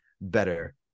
better